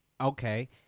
Okay